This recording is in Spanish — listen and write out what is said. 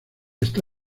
esta